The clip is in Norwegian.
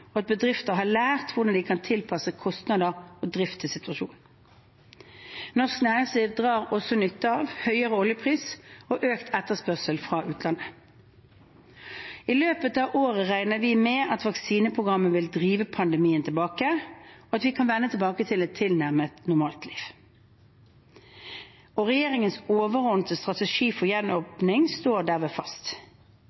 og at bedrifter har lært hvordan de kan tilpasse kostnader og drift til situasjonen. Norsk næringsliv drar også nytte av høyere oljepris og økt etterspørsel fra utlandet. I løpet av året regner vi med at vaksineprogrammet vil drive pandemien tilbake, og at vi kan vende tilbake til et tilnærmet normalt liv. Regjeringens overordnede strategi for